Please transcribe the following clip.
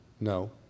No